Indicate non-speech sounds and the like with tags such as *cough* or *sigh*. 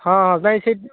ହଁ ହଁ *unintelligible*